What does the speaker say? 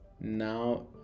now